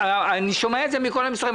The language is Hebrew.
אני שומע את זה מכל המשרדים.